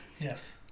Yes